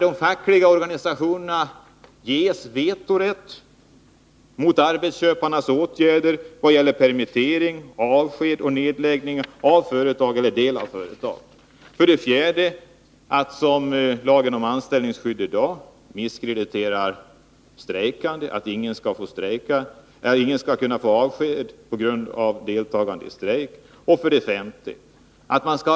De fackliga organisationerna ges vetorätt mot arbetsköparnas åtgärder i vad gäller permittering, avsked och nedläggning av företag eller delar av företag. 4. Ingen skall få avsked på grund av deltagande i strejk. Lagen om anställningsskydd misskrediterar i dag strejkande. 5. Anställda